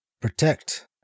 Protect